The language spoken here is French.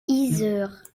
yzeure